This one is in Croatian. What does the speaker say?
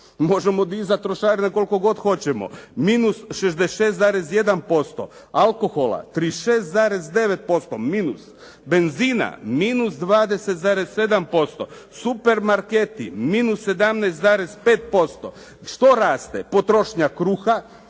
možemo dizati trošarine koliko god hoćemo -66,1%, alkohola 36,9% minus, benzina -20,7%, supermarketi -17,5%. Što raste? Potrošnja kruha